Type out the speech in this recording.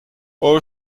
all